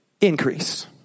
increase